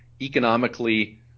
economically